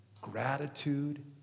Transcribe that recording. gratitude